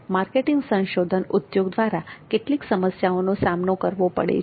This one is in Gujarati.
માર્કેટિંગ સંશોધન ઉદ્યોગ દ્વારા કેટલીક સમસ્યાઓનો સામનો કરવો પડે છે